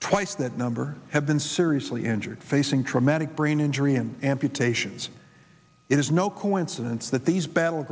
twice that number have been seriously injured facing traumatic brain injury and amputations it is no coincidence that these battle